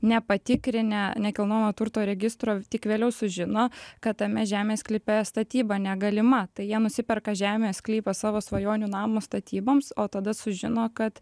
nepatikrinę nekilnojamo turto registro tik vėliau sužino kad tame žemės sklype statyba negalima tai jie nusiperka žemės sklypą savo svajonių namo statyboms o tada sužino kad